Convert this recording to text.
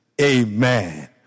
amen